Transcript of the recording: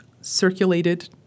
circulated